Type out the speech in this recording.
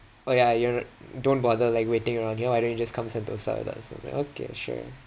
oh ya you're not don't bother like waiting around ya why don't you just come Sentosa with us I was like okay sure